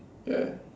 ya